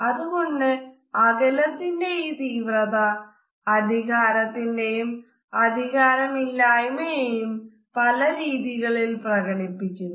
അത്കൊണ്ട് അകലത്തിന്റെ ഈ തീവ്രത അധികാരത്തിന്റെയും അധികാരമില്ലായ്മയെയും പല രീതികളിൽ പ്രകടിപ്പിക്കുന്നു